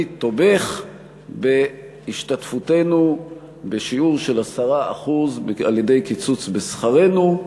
אני תומך בהשתתפותנו בשיעור של 10% על-ידי קיצוץ בשכרנו,